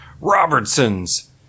Robertson's